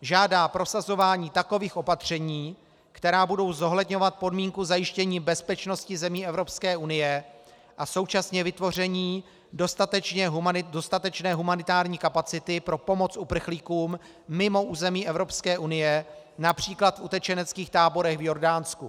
žádá prosazování takových opatření, která budou zohledňovat podmínku zajištění bezpečnosti zemí Evropské unie a současně vytvoření dostatečné humanitární kapacity pro pomoc uprchlíkům mimo území Evropské unie, například v utečeneckých táborech v Jordánsku.